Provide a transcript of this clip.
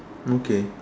okay